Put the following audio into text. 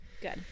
Good